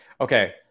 okay